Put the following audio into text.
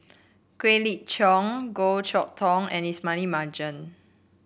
Quek Ling Kiong Goh Chok Tong and Ismail Marjan